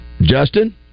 Justin